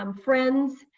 um friends.